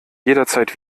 jederzeit